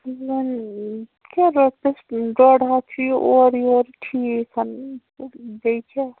وۄن کیٚاہ رۄپیس ڈۄڈ ہتھ چھُ یہِ اوٗرٕ یوٗرِ ٹھیٖکھ بیٚیہِ کیٚاہ